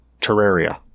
Terraria